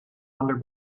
under